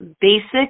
basic